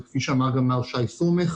וכפי שאמר גם מר שי סומך,